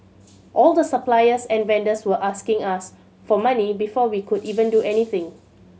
all the suppliers and vendors were asking us for money before we could even do anything